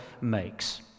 makes